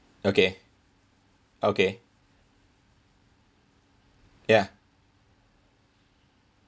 okay okay ya